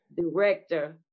director